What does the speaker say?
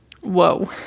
Whoa